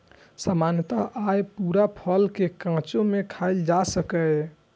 सामान्यतः अय पूरा फल कें कांचे मे खायल जा सकैए